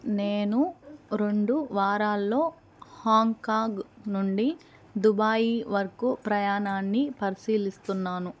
నేను రెండు వారాల్లో హాంకాగ్ నుండి దుబాయ్ వరకు ప్రయాణాన్ని పరిశీలిస్తున్నాను